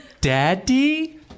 Daddy